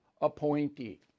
appointee